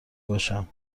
باشم